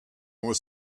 more